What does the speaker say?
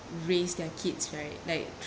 raise their kids right like